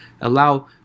allow